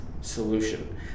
solution